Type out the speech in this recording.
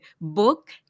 book